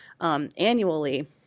annually